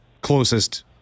closest